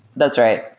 that's right.